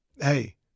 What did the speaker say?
hey